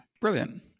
brilliant